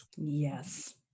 yes